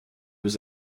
was